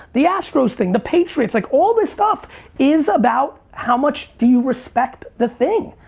the astros thing, the patriots, like all this stuff is about how much do you respect the thing?